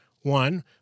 one